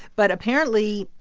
but apparently,